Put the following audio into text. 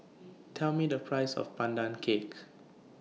Tell Me The Price of Pandan Cake